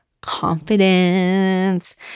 confidence